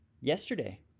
Yesterday